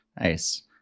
nice